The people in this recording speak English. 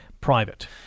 private